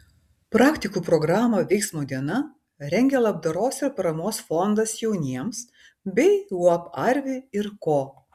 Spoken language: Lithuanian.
praktikų programą veiksmo diena rengia labdaros ir paramos fondas jauniems bei uab arvi ir ko